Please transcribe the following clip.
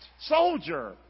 Soldier